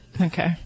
Okay